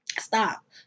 Stop